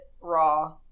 raw